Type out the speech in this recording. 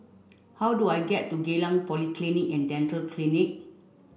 how do I get to Geylang Polyclinic and Dental Clinic